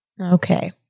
Okay